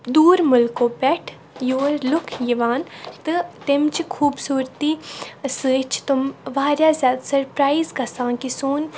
دوٗر مٔلکو پؠٹھ یور لُکھ یِوان تہٕ تمِچہِ خوٗبصوٗرتی سۭتۍ چھِ تِم واریاہ زِیادٕ سَرپَرایِز گَژھان کہِ سون